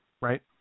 Right